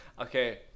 Okay